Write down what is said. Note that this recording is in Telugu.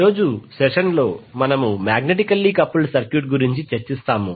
ఈరోజు సెషన్లో మనము మాగ్నెటికల్లీ కపుల్డ్ సర్క్యూట్ గురించి చర్చిస్తాము